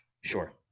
Sure